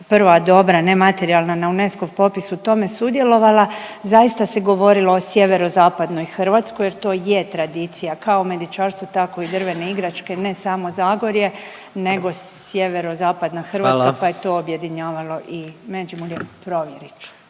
prva dobra nematerijalna na UNESCO-ov popis u tome sudjelovala, zaista se govorimo o sjeverozapadnoj Hrvatskoj jer to je tradicija, kao medičarstvo, tako i drvene igračke, ne samo Zagorje, nego sjeverozapadna… .../Upadica: Hvala./... Hrvatska, pa je to objedinjavalo i Međimurje. Provjerit ću.